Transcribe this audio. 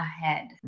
ahead